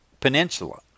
peninsula